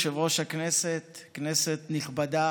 והילדים הגאים רועי, דניאלה,